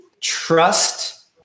trust